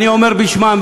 אני אומר בשמן,